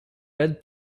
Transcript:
red